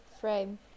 frame